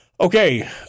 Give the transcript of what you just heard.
Okay